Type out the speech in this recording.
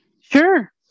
Sure